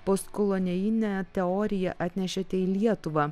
postkolonijinę teoriją atnešėte į lietuvą